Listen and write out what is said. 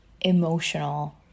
emotional